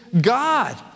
God